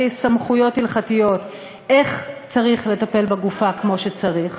סמכויות הלכתיות איך לטפל בגופה כמו שצריך.